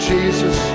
Jesus